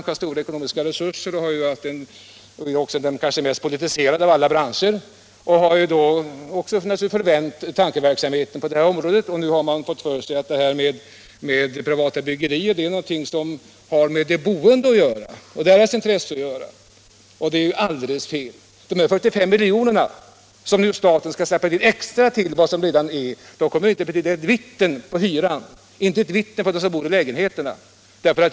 Den har stora ekonomiska resurser, och den är kanske den mest politiserade av alla branscher. Den har måhända därför förvänt tankeverksamheten på området, och nu har man fått för sig att detta med privatbyggeri är någonting som har med de boende och deras intressen att göra. Det är ju alldeles fel. Dessa 45 miljoner, som staten skall släppa till extra utöver vad som redan ges, kommer inte att betyda ett vitten när det gäller hyran, inte ett vitten för dem som bor i lägenheterna.